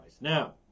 Now